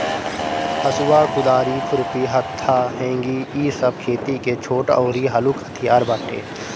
हसुआ, कुदारी, खुरपी, हत्था, हेंगी इ सब खेती के छोट अउरी हलुक हथियार बाटे